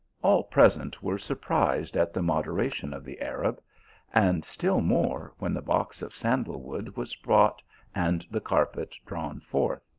all present were surprised at the moderation of the arab and still more, when the box of sandal wood was brought and the carpet drawn forth.